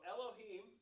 Elohim